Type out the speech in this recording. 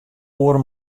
oare